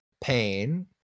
Pain